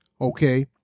okay